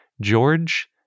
George